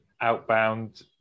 outbound